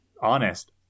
honest